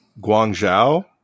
Guangzhou